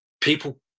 people